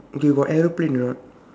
okay got aeroplane or not